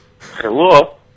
Hello